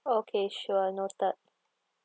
okay sure noted